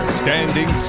standing